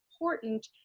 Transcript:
important